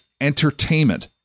entertainment